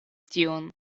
tion